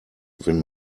wenn